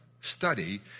study